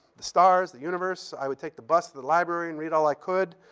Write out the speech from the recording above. the stars, the universe. i would take the bus to the library and read all i could.